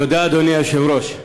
תודה, אדוני היושב-ראש.